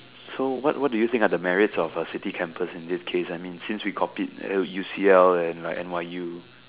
so what what do you think are the merits of a city campus in this case I mean since we compete and then with U_C_L and like N_Y_U